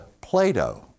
Plato